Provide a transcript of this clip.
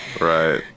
Right